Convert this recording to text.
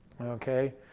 okay